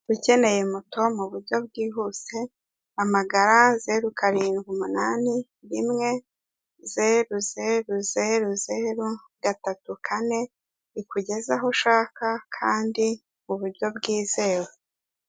Ukeneye moto mu buryo bwihuse hamagara zero karindwi umunani, rimwe zero zero zero gatatu kane ikugeze aho ushaka kandi mu butyo bwizewe.